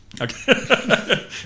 okay